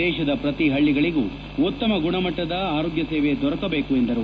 ದೇಶದ ಪ್ರತಿ ಹಳ್ಳಗಳಗೂ ಉತ್ತಮ ಗುಣಮಟ್ಟದ ಆರೋಗ್ಯ ಸೇವೆ ದೊರಕಬೇಕು ಎಂದರು